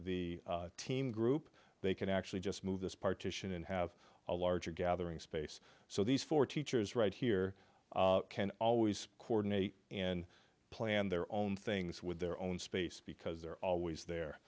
the team group they can actually just move this partition and have a larger gathering space so these four teachers right here can always coordinate in plan their own things with their own space because they're always